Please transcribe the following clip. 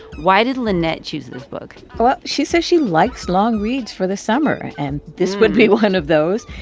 why did lynette choose this book? well, she says she likes long reads for the summer, and this would be one of those.